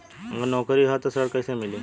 अगर नौकरी ह त ऋण कैसे मिली?